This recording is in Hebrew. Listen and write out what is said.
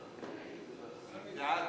בעד,